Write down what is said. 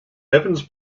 evans